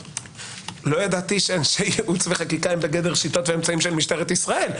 לא ידעתי שאנשי ייעוץ וחקיקה הם בגדר שיטות ואמצעים של משטרת ישראל.